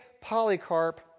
Polycarp